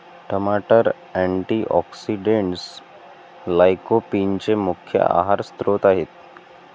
टमाटर अँटीऑक्सिडेंट्स लाइकोपीनचे मुख्य आहार स्त्रोत आहेत